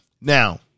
Now